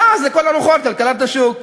ואז לכל הרוחות כלכלת השוק.